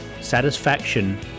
Satisfaction